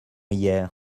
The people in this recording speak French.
hier